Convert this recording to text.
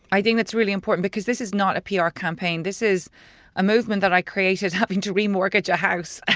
i think that's really important because this is not a pr campaign, this is a movement that i created, having to re-mortgage a house, and